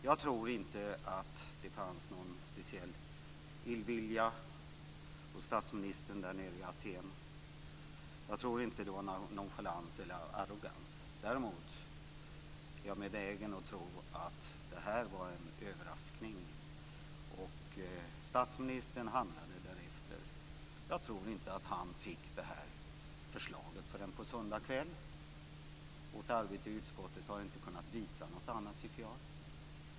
Jag tror inte att det fanns någon speciell illvilja hos statsministern nere i Aten. Jag tror inte att det var fråga om nonchalans eller arrogans. Däremot är jag benägen att tro att det här var en överraskning och att statsministern handlade därefter. Jag tror inte att han fick det här förslaget förrän på söndag kväll. Jag tycker inte att vårt arbete i utskottet har kunnat visa något annat.